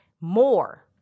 more